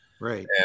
Right